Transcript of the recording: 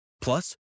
Plus